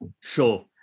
Sure